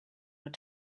your